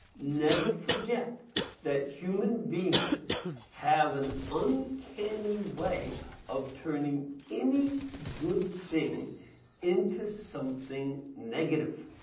never forget that human beings have an uncanny way of turning any good thing into something negative.